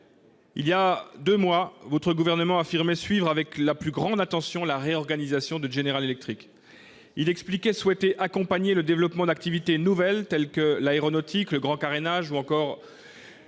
Il y a deux mois, le gouvernement auquel vous appartenez affirmait suivre avec la plus grande attention la réorganisation de GE. Il expliquait souhaiter accompagner le développement d'activités nouvelles, telles que l'aéronautique, le grand carénage ou encore